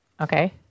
Okay